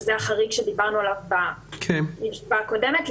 שזה החריג שדיברנו עליו בישיבה הקודמת,